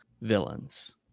villains